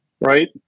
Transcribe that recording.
right